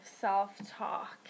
self-talk